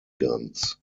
guns